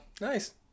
nice